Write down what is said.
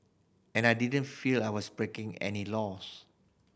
and I didn't feel I was breaking any laws